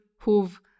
who've